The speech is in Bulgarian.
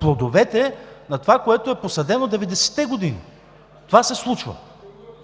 плодовете на това, което е посадено през 90-те години – това се случва,